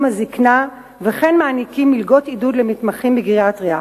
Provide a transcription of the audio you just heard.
הזיקנה ומעניקים מלגות עידוד למתמחים בגריאטריה.